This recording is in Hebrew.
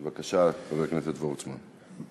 בבקשה, חבר הכנסת וורצמן.